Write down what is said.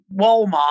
Walmart